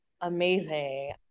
amazing